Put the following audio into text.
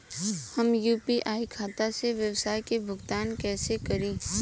हम यू.पी.आई खाता से व्यावसाय के भुगतान कइसे करि?